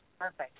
perfect